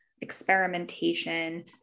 experimentation